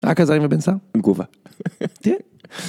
אה, כזה היינו בניסיון? אין תגובה. תהיה.